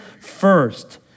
first